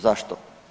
Zašto?